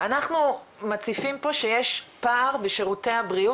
אנחנו מציפים פה שיש פער בשירותי הבריאות